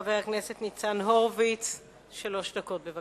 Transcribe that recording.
חבר הכנסת ניצן הורוביץ, בבקשה.